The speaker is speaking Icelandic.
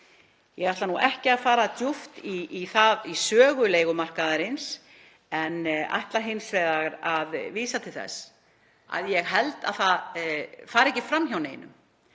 Ég ætla ekki að fara djúpt í sögu leigumarkaðarins en ætla hins vegar að vísa til þess að ég held að það fari ekki fram hjá neinum